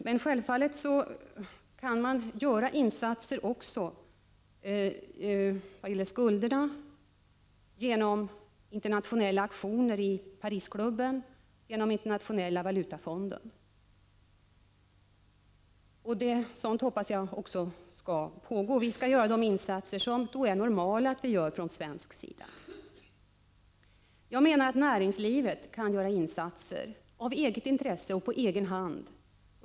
Men självfallet kan insatser göras även vad gäller skulderna med hjälp av internationella auktioner i Parisklubben och Internationella valutafonden. Jag hoppas att även sådant skall pågå. Vi skall göra de insatser som är normala från svensk sida. Jag menar att näringslivet kan göra insatser av eget intresse och på egen hand.